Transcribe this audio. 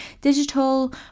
digital